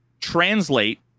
translate